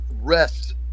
rest